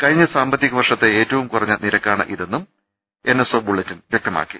കഴിഞ്ഞ സാമ്പത്തികവർഷത്തെ ഏറ്റവും കുറഞ്ഞ നിരക്കാ ണിതെന്നും എൻ എസ് ഒ ബുള്ളറ്റിൻ വൃക്തമാക്കി